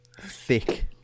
thick